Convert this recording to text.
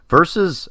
Versus